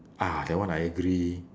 ah that one I agree